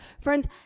Friends